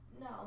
no